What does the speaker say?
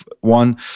one